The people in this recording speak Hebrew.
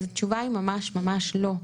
אז התשובה היא ממש ממש לא,